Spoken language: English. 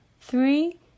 three